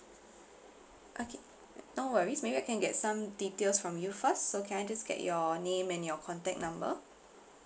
okay no worries maybe I can get some details from you first so can I just get your name and your contact number